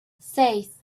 seis